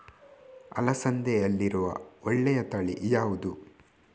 ಅಲಸಂದೆಯಲ್ಲಿರುವ ಒಳ್ಳೆಯ ತಳಿ ಯಾವ್ದು?